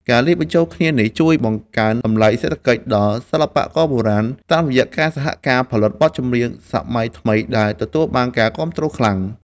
ការលាយបញ្ចូលគ្នានេះជួយបង្កើនតម្លៃសេដ្ឋកិច្ចដល់សិល្បករបុរាណ តាមរយៈការសហការផលិតបទចម្រៀងសម័យថ្មីដែលទទួលបានការគាំទ្រខ្លាំង។